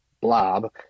blob